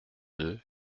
deux